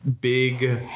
big